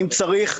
אם צריך,